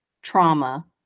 trauma